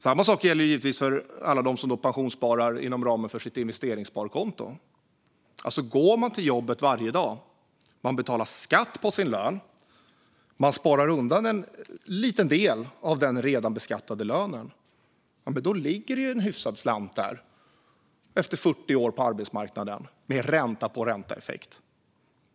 Samma sak gäller givetvis för alla dem som pensionssparar inom ramen för ett investeringssparkonto. Går man till jobbet varje dag och betalar skatt på sin lön och sedan sparar undan en liten del av den redan beskattade lönen, ja, då ligger det en hyfsad slant där efter 40 år på arbetsmarknaden med ränta-på-ränta-effekt.